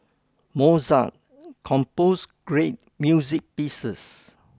Mozart composed great music pieces